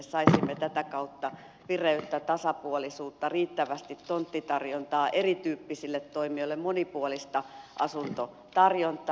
saisimme tätä kautta vireyttä tasapuolisuutta riittävästi tonttitarjontaa erityyppisille toimijoille monipuolista asuntotarjontaa